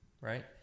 Right